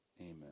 Amen